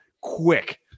quick